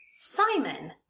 Simon